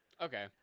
Okay